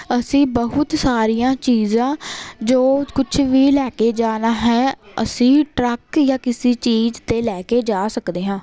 ਅਸੀਂ ਬਹੁਤ ਸਾਰੀਆਂ ਚੀਜ਼ਾਂ ਜੋ ਕੁਛ ਵੀ ਲੈ ਕੇ ਜਾਣਾ ਹੈ ਅਸੀਂ ਟਰੱਕ ਜਾਂ ਕਿਸੀ ਚੀਜ਼ ਤੇ ਲੈ ਕੇ ਜਾ ਸਕਦੇ ਹਾਂ